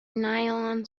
nylon